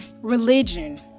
religion